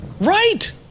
Right